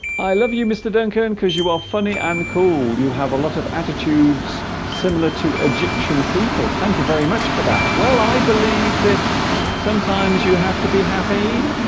i love you mr. duncan and because you are funny and cool you have a lot of attitudes similar to egyptian people thank you very much for that well i believe that sometimes you have to be happy